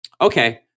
okay